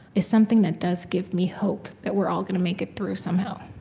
is something that does give me hope that we're all gonna make it through, somehow